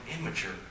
immature